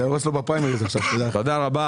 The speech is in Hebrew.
תודה רבה,